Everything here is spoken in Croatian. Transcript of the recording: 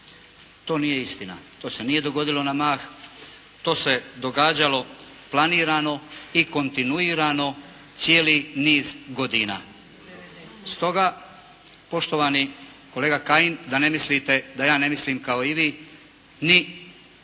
To nije istina. To se nije dogodilo na mah. To se događalo planirano i kontinuirano cijeli niz godina. Stoga, poštovani kolega Kajin da ne mislite da ja ne mislim kao i vi, ni